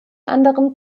anderen